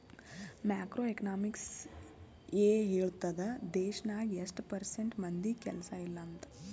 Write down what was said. macro economics ಎ ಹೇಳ್ತುದ್ ದೇಶ್ನಾಗ್ ಎಸ್ಟ್ ಪರ್ಸೆಂಟ್ ಮಂದಿಗ್ ಕೆಲ್ಸಾ ಇಲ್ಲ ಅಂತ